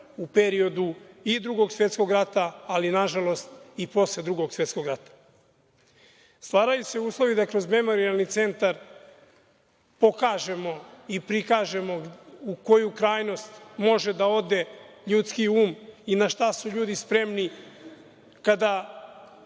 u periodu i Drugog svetskog rata, ali nažalost i posle Drugog svetskog rata. Stvaraju se uslovi da kroz memorijalni centar pokažemo i prikažemo u koju krajnost može da ode ljudski um i na šta su ljudi spremni kada